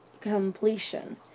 completion